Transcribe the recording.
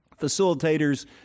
Facilitators